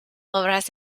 obras